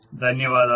ధన్యవాదాలు